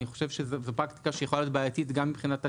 אני חושב שזו פרקטיקה שיכולה להיות בעייתית גם מבחינת התיוג.